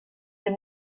des